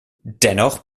dennoch